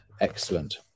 excellent